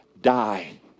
die